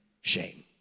shame